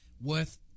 Worth